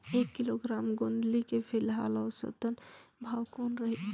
एक किलोग्राम गोंदली के फिलहाल औसतन भाव कौन रही?